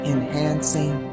Enhancing